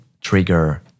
trigger